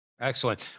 Excellent